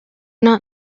not